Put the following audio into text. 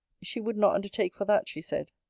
she would not undertake for that, she said.